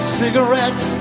cigarettes